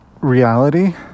reality